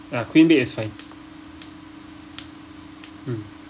ya queen bed is fine mm